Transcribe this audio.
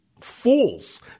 fools